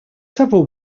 several